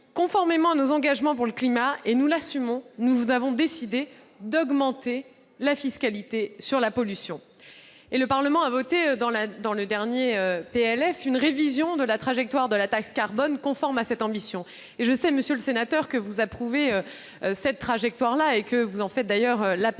conformément à nos engagements pour le climat, et nous l'assumons, nous avons décidé d'augmenter la fiscalité sur la pollution. Le Parlement a voté dans le dernier projet de loi de finances une révision de la trajectoire de la taxe carbone conforme à cette ambition. Je sais, monsieur le sénateur, que vous approuvez cette trajectoire, sur laquelle vous faites de la